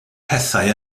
pethau